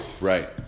Right